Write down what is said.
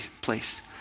place